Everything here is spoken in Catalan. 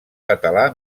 català